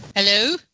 Hello